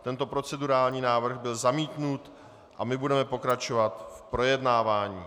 Tento procedurální návrh byl zamítnut a my budeme pokračovat v projednávání.